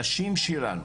הנשים שלנו,